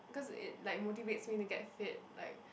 cause it like motivates me to get fit like